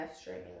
streaming